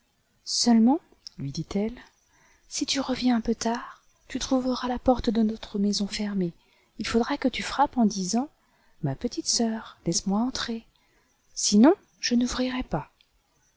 seulement lui dit-elle si tu reviens un peu tard tu trouveras la porte de notre maison fer mée il faudra que tu frappes en disant ma petite sœur laisse-moi entrer si non je n'ouvrirai pas